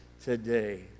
today